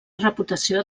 reputació